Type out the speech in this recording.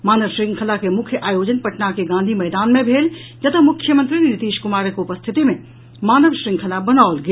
मानव श्रृंखला के मुख्य आयोजन पटना के गांधी मैदान मे भेल जतऽ मुख्यमंत्री नीतीश कुमारक उपस्थिति मे मानव श्रृंखला बनाओल गेल